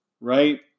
right